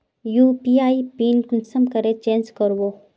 UPI PIN कुंसम करे change करबो?